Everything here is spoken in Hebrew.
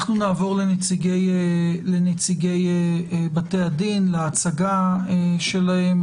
אנחנו נעבור לנציגי בתי הדין, להצגה שלהם.